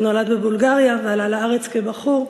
שנולד בבולגריה ועלה לארץ כבחור,